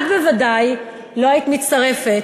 את בוודאי לא היית מצטרפת